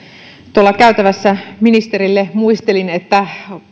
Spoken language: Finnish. tuolla käytävässä ministerille muistelin että